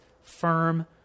firm